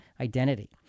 identity